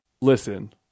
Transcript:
listen